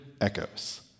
echoes